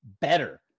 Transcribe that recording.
better